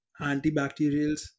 antibacterials